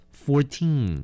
fourteen